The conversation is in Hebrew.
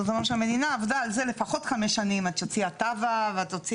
זאת אומרת שהמדינה עבדה על זה לפחות חמש שנים עד שהוציאה תב"ע והוציאה